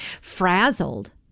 frazzled